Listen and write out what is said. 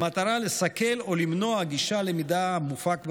במטרה לסכל או למנוע גישה למידע המופק במצלמה.